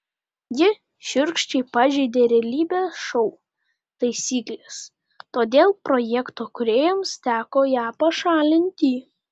ji šiurkščiai pažeidė realybės šou taisykles todėl projekto kūrėjams teko ją pašalinti